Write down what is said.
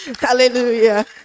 Hallelujah